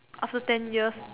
after ten years